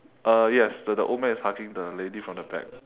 uh yes the the old man is hugging the lady from the back